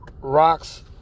rocks